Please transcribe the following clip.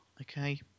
Okay